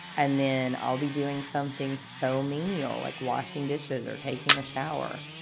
and then i'll be doing something so menial, like washing dishes or taking a shower,